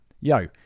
yo